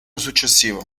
successivo